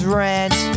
rent